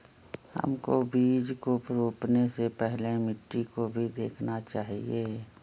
हमको बीज को रोपने से पहले मिट्टी को भी देखना चाहिए?